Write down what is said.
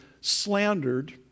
slandered